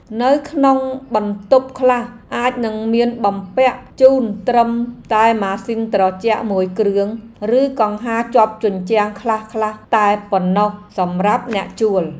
នៅក្នុងបន្ទប់ខ្លះអាចនឹងមានបំពាក់ជូនត្រឹមតែម៉ាស៊ីនត្រជាក់មួយគ្រឿងឬកង្ហារជាប់ជញ្ជាំងខ្លះៗតែប៉ុណ្ណោះសម្រាប់អ្នកជួល។